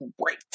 great